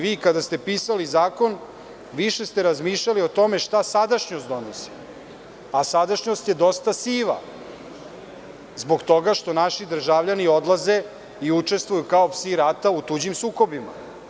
Vi kada ste pisali zakon, više ste razmišljali o tome šta sadašnjost donosi, a sadašnjost je dosta siva zbog toga što naši državljani odlaze i učestvuju kao „psi rata“ u tuđim sukobima.